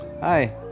Hi